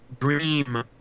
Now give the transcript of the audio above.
dream